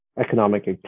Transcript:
Economic